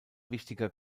wichtiger